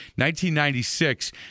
1996